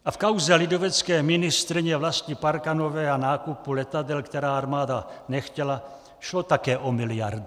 A v kauze lidovecké ministryně Vlasty Parkanové a nákupu letadel, která armáda nechtěla, šlo také o miliardy.